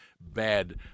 bad